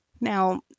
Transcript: Now